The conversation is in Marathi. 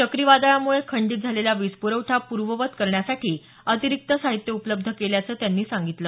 चक्रीवादळामुळे खंडित झालेला वीज पुरवठा पूर्ववत करण्यासाठी अतिरिक्त साहित्य उपलब्ध केल्याचं त्यांनी सांगितलं